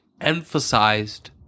emphasized